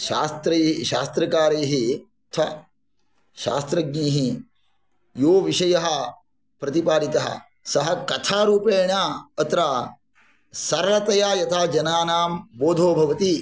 शास्त्रै शास्त्रकारैः उत शास्त्रज्ञैः यो विषयः प्रतिपादितः सः कथारूपेण अत्र सरलतया यथा जनानां बोधो भवति